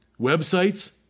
Websites